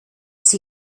sie